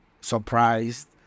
surprised